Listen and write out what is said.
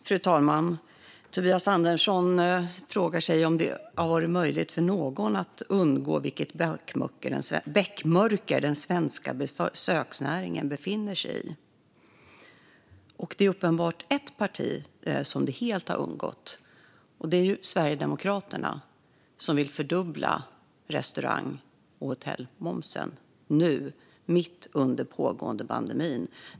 Fru talman! Tobias Andersson frågar sig om det har varit möjligt för någon att undgå vilket beckmörker den svenska besöksnäringen befinner sig i. Det är uppenbart ett parti som det helt har undgått, nämligen Sverigedemokraterna, som vill fördubbla restaurang och hotellmomsen nu mitt under pågående pandemi.